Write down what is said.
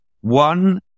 one